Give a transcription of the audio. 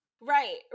Right